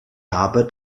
habe